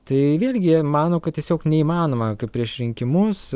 tai jie mano kad tiesiog neįmanoma kad prieš rinkimus